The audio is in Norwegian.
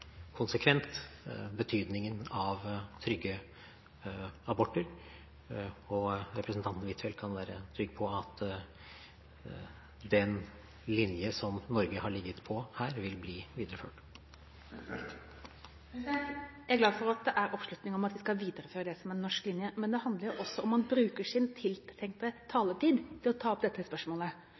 konsekvent betydningen av trygge aborter, og representanten Huitfeldt kan være trygg på at den linje som Norge har ligget på her, vil bli videreført. Jeg er glad for at det er oppslutning om at vi skal videreføre den norske linjen, men dette handler også om å bruke sin tiltenkte taletid til å ta opp dette spørsmålet